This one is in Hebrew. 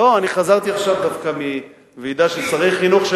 אני חזרתי דווקא עכשיו מוועידה של שרי חינוך של